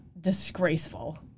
disgraceful